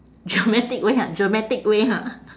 dramatic way ah dramatic way ha